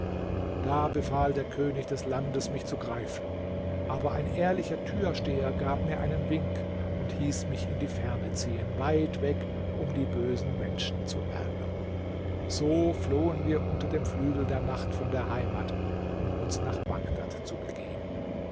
da befahl der könig des landes mich zu greifen aber ein ehrlicher türsteher gab mir einen wink und hieß mich in die ferne ziehen weit weg um die bösen menschen zu ärgern so flohen wir unter dem flügel der nacht von der heimat um uns nach bagdad zu begeben